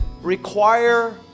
require